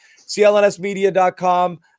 clnsmedia.com